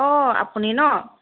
অ' আপুনি ন